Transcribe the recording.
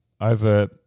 over